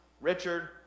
Richard